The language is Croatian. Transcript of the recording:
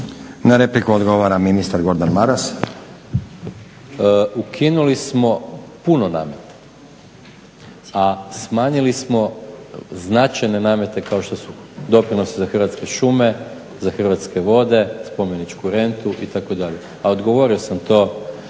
Na repliku odgovara ministar Gordan Maras. **Maras, Gordan (SDP)** Ukinuli smo puno nameta, a smanjili smo značajne namete kao što su doprinosi za Hrvatske šume, za Hrvatske vode, spomeničku rentu itd. A odgovorio sam to